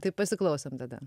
tai pasiklausom tada